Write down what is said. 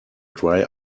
dry